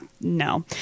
no